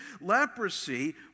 leprosy